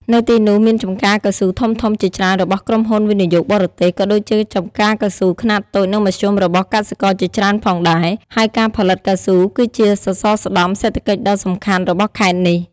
នៅទីនោះមានចំការកៅស៊ូធំៗជាច្រើនរបស់ក្រុមហ៊ុនវិនិយោគបរទេស ក៏ដូចជាចំការកៅស៊ូខ្នាតតូចនិងមធ្យមរបស់កសិករជាច្រើនផងដែរ ហើយការផលិតកៅស៊ូគឺជាសសរស្ដម្ភសេដ្ឋកិច្ចដ៏សំខាន់របស់ខេត្តនេះ។